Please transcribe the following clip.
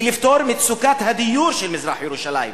לפתור את מצוקת הדיור של מזרח-ירושלים.